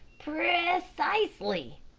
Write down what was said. precisely,